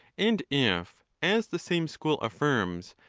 and if, as the same school affirms,